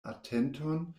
atenton